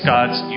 God's